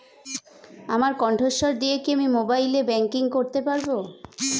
আমার কন্ঠস্বর দিয়ে কি আমি মোবাইলে ব্যাংকিং করতে পারবো?